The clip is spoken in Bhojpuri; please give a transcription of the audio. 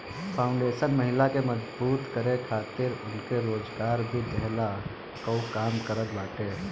फाउंडेशन महिला के मजबूत करे खातिर उनके रोजगार भी देहला कअ काम करत बाटे